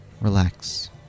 relax